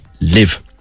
live